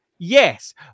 Yes